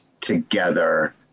together